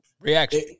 reaction